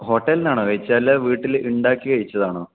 hotel നിന്നാണോ കഴിച്ചത് അല്ല വീട്ടിൽ ഉണ്ടാക്കി കഴിച്ചതാണോ